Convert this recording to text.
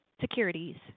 Securities